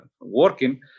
working